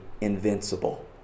invincible